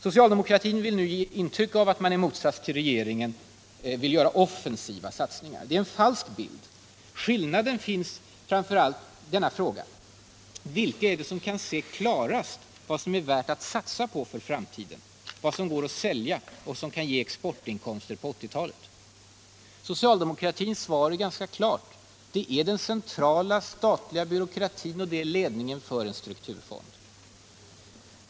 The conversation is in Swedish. Socialdemokratin vill nu ge intryck av att man i motsats till regeringen vill göra offensiva satsningar. Det är en falsk bild. Skillnaden finns framför allt i denna fråga: Vilka är det som kan se klarast vad det är värt att satsa på för framtiden, vad som går att sälja och vad som kan ge exportinkomster på 1980 talet? Socialdemokratins svar är ganska klart: Det är den centrala statliga byråkratin, och det är ledningen för en strukturfond.